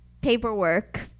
paperwork